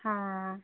हां